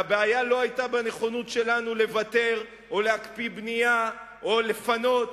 והבעיה לא היתה בנכונות שלנו לוותר או להקפיא בנייה או לפנות,